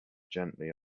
gently